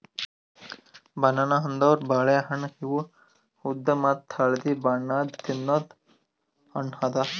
banana ಅಂದುರ್ ಬಾಳೆ ಹಣ್ಣ ಇವು ಉದ್ದ ಮತ್ತ ಹಳದಿ ಬಣ್ಣದ್ ತಿನ್ನದು ಹಣ್ಣು ಅದಾ